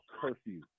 curfew